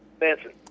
Manson